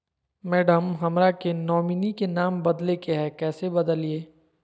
madam, हमरा के nominee में नाम बदले के हैं, कैसे बदलिए